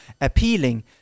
appealing